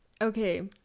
Okay